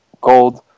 gold